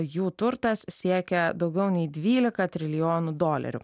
jų turtas siekia daugiau nei dvylika trilijonų dolerių